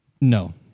No